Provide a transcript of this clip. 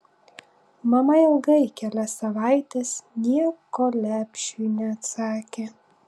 mama ilgai kelias savaites nieko lepšiui neatsakė